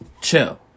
Chill